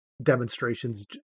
Demonstrations